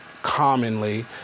commonly